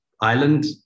island